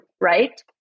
right